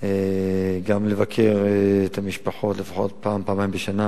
גם לבקר את המשפחות לפחות פעם פעמיים בשנה